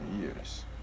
years